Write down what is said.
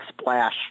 splash